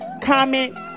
comment